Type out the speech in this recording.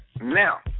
Now